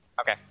Okay